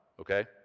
okay